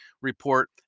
report